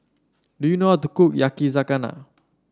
do you know how to cook Yakizakana